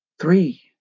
Three